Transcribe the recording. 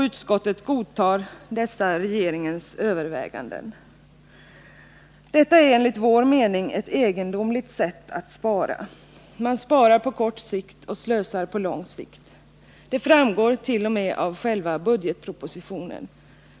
Utskottet godtar dessa regeringens överväganden. Detta är enligt vår mening ett egendomligt sätt att spara. Man sparar på kort sikt och slösar på lång sikt. Det framgår t.o.m. av själva budgetpropositionen.